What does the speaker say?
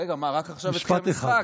רגע, מה, רק עכשיו התחיל המשחק.